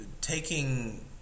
taking